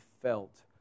felt